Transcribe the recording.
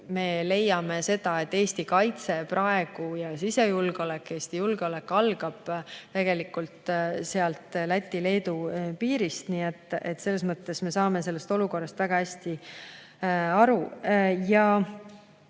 me leiame seda, et Eesti kaitse, sisejulgeolek, [üldse] Eesti julgeolek algab tegelikult sealt Läti-Leedu piirist. Nii et selles mõttes me saame olukorrast väga hästi aru.